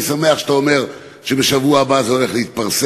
אני שמח שאתה אומר שבשבוע הבא זה הולך להתפרסם,